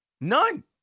none